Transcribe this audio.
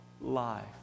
life